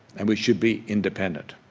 and we should be independent.